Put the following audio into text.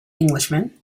englishman